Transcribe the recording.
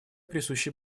присущи